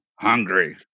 Hungry